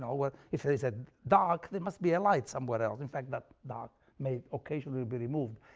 um but if there is a dark there must be a light somewhere else, in fact that dark may occasionally be removed.